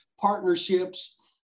partnerships